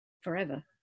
forever